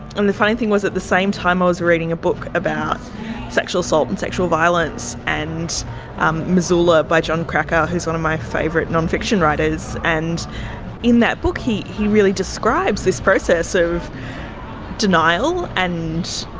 um the funny thing was at the same time i was reading a book about sexual assault and sexual violence, and um missoula by jon krakauer who's one of my favourite nonfiction writers. and in that book he he really describes this process of denial, and